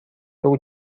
بگو